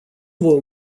vor